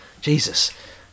Jesus